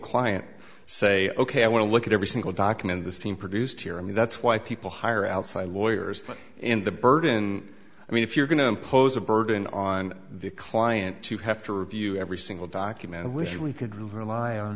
client say ok i want to look at every single document this team produced here and that's why people hire outside lawyers and the burden i mean if you're going to impose a burden on the client to have to review every single document i wish we could rely on